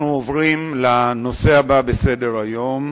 אנחנו עוברים לנושא הבא בסדר-היום: